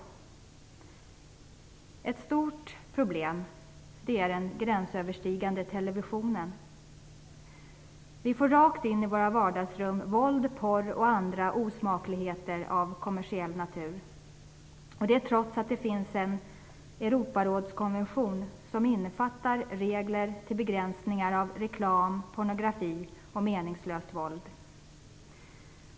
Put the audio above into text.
Ett stort problem är den gränsöverskridande televisionen. Vi får rakt in i våra vardagsrum våld, porr och andra osmakligheter av kommersiell natur, trots att det finns en Europarådskonvention som innefattar regler om begränsning av reklam, pornografi och meningslöst våld.